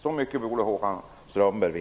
Så mycket borde